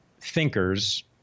thinkers